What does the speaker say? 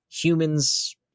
humans